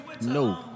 No